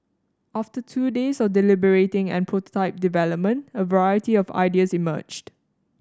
after two days of deliberating and prototype development a variety of ideas emerged